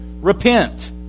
repent